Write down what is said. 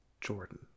jordan